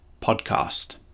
podcast